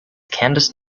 candice